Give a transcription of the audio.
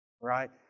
right